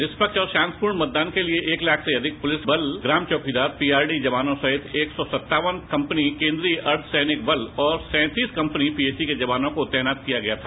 स्वतंत्र और शांतिपूर्ण मतदान के लिये एक लाख से अधिक पुलिस बल ग्राम चौकीदार पीआरडी जवानों सहित एक सौ सत्तावन कम्पनी केन्द्रीय अर्द्व सैनिक बल और सैंतीस कम्पनी पीएसी के जवानों को तैनात किया गया था